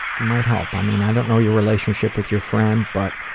might help, i mean, i don't know your relationship with your friend, but,